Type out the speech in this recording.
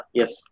yes